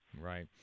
Right